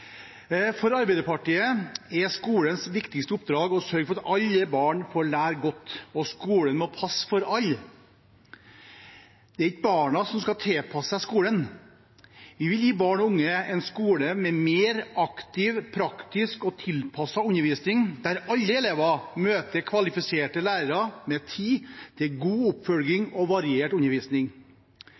For Arbeiderpartiet er skolens viktigste oppdrag å sørge for at alle barn får lære godt. Skolen må passe for alle – det er ikke barna som skal tilpasse seg skolen. Vi vil gi barn og unge en skole med mer aktiv, praktisk og tilpasset undervisning, der alle elever møter kvalifiserte lærere med tid til god oppfølging og variert undervisning.